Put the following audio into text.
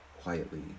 quietly